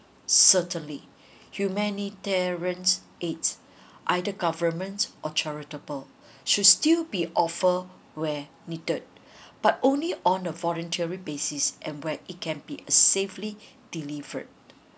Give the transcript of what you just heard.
certainly humanitarians aids either government or charitable should still be offer where needed but only on a voluntary basis and where it can be a safely delivered